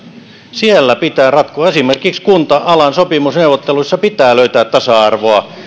siellä pitää ratkoa esimerkiksi kunta alan sopimusneuvotteluissa pitää löytää tasa arvoa